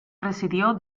residió